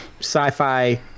sci-fi